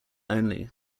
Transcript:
only